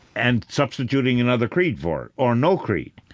and substituting another creed for it or no creed.